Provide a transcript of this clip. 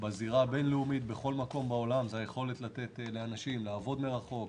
בזירה הבינלאומית זו היכולת לתת לאנשים לעבוד מרחוק,